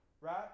right